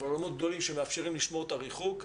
אבל אולמות גדולים שמאפשרים לשמור את הריחוק,